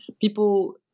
people